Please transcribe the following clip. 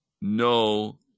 no